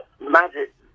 magic